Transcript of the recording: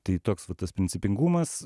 tai toks va tas principingumas